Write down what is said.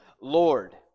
Lord